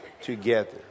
together